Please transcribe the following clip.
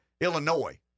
Illinois